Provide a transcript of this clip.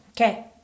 Okay